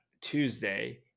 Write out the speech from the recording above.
tuesday